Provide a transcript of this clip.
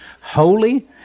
holy